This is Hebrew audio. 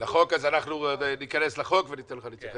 אנחנו ניכנס לדיון על הצעת החוק וניתן לך להתייחס,